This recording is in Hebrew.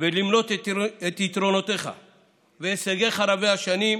ולמנות את יתרונותיך והישגיך רבי-השנים,